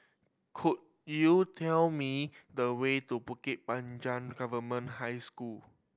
could you tell me the way to Bukit Panjang Government High School